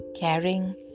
caring